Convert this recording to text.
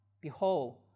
Behold